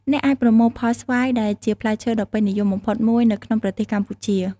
អ្នកអាចប្រមូលផលស្វាយដែលជាផ្លែឈើដ៏ពេញនិយមបំផុតមួយនៅក្នុងប្រទេសកម្ពុជា។